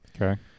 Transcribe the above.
Okay